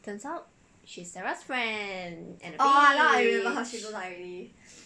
turns out she's sarah's friend and a bitch